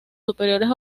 superiores